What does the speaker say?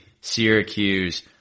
Syracuse